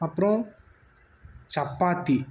அப்புறோம் சப்பாத்தி